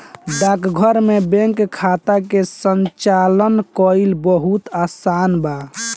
डाकघर में बैंक खाता के संचालन कईल बहुत आसान बा